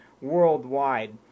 worldwide